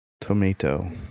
tomato